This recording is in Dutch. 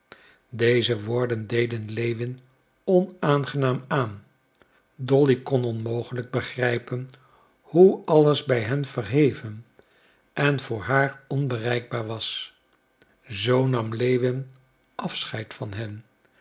deze woorden deden lewin onaangenaam aan dolly kon onmogelijk begrijpen hoe alles bij hen verheven en voor haar onbereikbaar was zoo nam lewin afscheid van hen